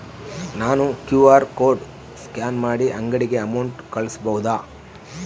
ನಾನು QR code scan ಮಾಡಿ ಅಂಗಡಿಗೆ ಅಮೌಂಟ್ ಕಳಿಸಬಹುದಾ?